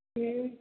हँ